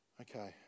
okay